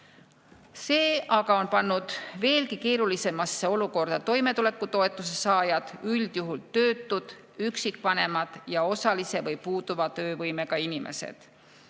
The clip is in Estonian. See aga on pannud veelgi keerulisemasse olukorda toimetulekutoetuse saajad, üldjuhul töötud, üksikvanemad ja osalise või puuduva töövõimega inimesed.